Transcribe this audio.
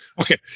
okay